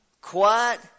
quiet